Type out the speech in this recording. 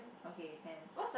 okay can